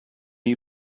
you